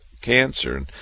cancer